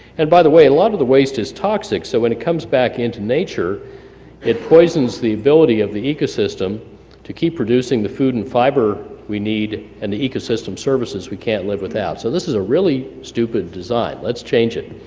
and by the way, a lot of the waste is toxic so when it comes back into nature it poisons the ability of the ecosystem to keep producing the food and fiber we need, and the ecosystem services we can't live without, so this is a really stupid design let's change it.